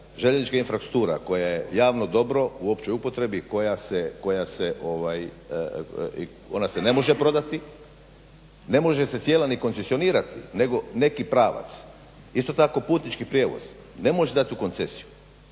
željeznička infrastruktura koja je javno dobro u općoj upotrebi koja se, ona se ne može prodati, ne može se cijela ni koncesionirati nego neki pravac. Isto tako putnički prijevoz ne može se dati u koncesiju.